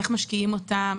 איך משקיעים אותם,